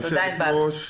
היושבת-ראש,